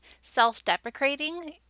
self-deprecating